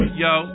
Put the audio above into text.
yo